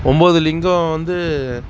ஒன்போது லிங்கம் வந்து